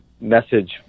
message